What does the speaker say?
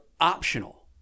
optional